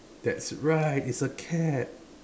that's right it's a cat